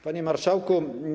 Panie Marszałku!